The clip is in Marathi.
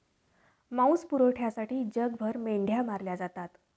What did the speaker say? मांस पुरवठ्यासाठी जगभर मेंढ्या मारल्या जातात